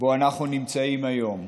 שבו אנו נמצאים היום.